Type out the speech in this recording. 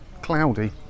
cloudy